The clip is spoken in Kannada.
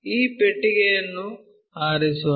ಈ ಪೆಟ್ಟಿಗೆಯನ್ನು ಆರಿಸೋಣ